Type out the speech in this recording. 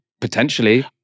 potentially